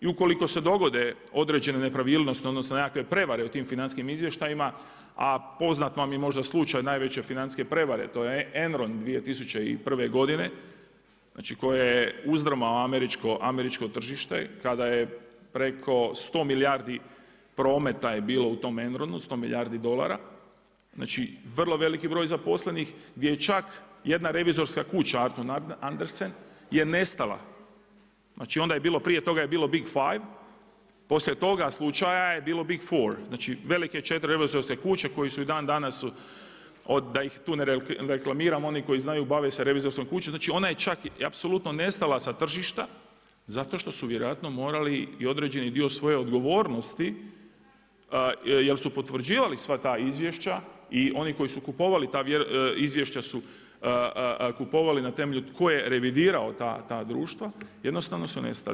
I ukoliko se dogode određene nepravilnosti odnosno nekakve prevare u tim financijskim izvještajima, a poznat vam je možda slučaj najveće financijske prevare, to je Enron 2001. godine koja je uzdrmao američko tržište kada je preko 100 milijardi prometa je bilo u tom Enronu, 100 milijardi dolara, znači vrlo veliki broj zaposlenih gdje je čak jedna revizorska Arthur Andersen, je nastala, znači onda je bilo prije toga Big Five, poslije toga slučaja je bilo Big Four, znači velike 4 revizorske kuće koje su i dandanas da ih tu ne reklamiram, oni koji znaju, bave se revizorskom kućom, znači ona je čak apsolutno nestala sa tržišta, zato što su vjerojatno morali i određeni dio svoje odgovornosti jer su potvrđivali sva ta izvješća i oni koji su kupovali ta izvješća su kupovali na temelju tko je revidirao ta društva, jednostavno su nestali.